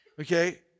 Okay